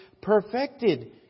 perfected